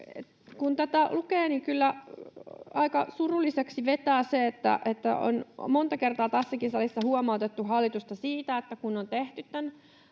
Kun tätä lukee, niin kyllä aika surulliseksi vetää. Monta kertaa on tässäkin salissa huomautettu hallitusta siitä, että kun on tehty tämän